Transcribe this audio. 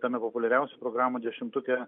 tame populiariausių programų dešimtuke